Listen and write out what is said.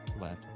Let